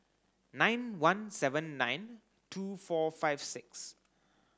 nine one seven nine two four five six